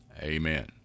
Amen